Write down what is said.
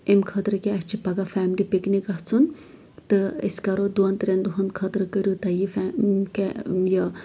اَمہِ خٲطرٕ کہ اَسہِ چھُ پگہہ فیملی پِکنِک گژھُن تہٕ أسۍ کَرو دۄن ترین دۄہن خٲطرٕ کٔرِو تُہۍ یہِ فیملی یہِ